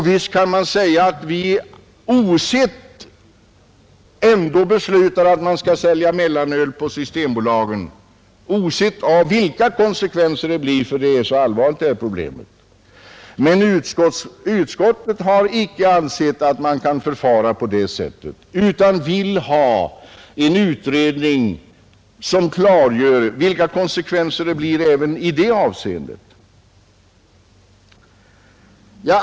Visst kan man säga att vi ändå skall besluta att man skall sälja mellanöl endast i systembutikerna, oavsett vilka konsekvenser det får, eftersom det här problemet är så allvarligt. Men utskottet har icke ansett att man kan förfara på det sättet utan vill ha sin utredning som klargör vilka konsekvenser det blir även i det avseendet.